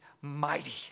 mighty